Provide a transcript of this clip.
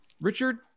Richard